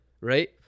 right